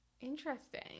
Interesting